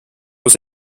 was